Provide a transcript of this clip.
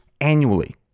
annually